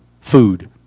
food